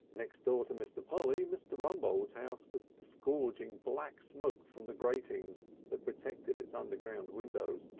next door to mr. polly, mr. rumbold's house was disgorging black smoke from the gratings that protected its underground windows,